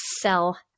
sell